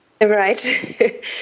Right